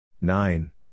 Nine